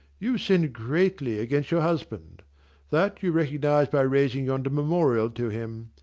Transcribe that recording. you sinned greatly against your husband that you recognise by raising yonder memorial to him.